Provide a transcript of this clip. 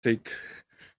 take